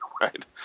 Right